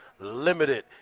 limited